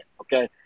okay